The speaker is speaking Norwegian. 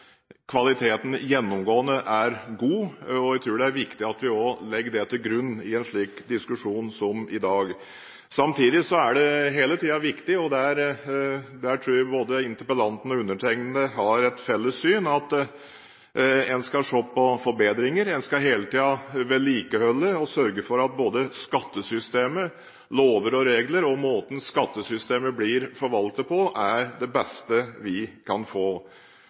kvaliteten gjennomgående er god. Jeg tror det er viktig at vi også legger det til grunn i en slik diskusjon som vi har i dag. Samtidig er det viktig – og der tror jeg både interpellanten og undertegnede har et felles syn – at en hele tiden skal se på forbedringer, at en hele tiden skal vedlikeholde og sørge for at både skattesystemet, lover og regler og måten skattesystemet blir forvaltet på, er det beste vi kan få,